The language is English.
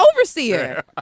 overseer